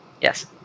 Yes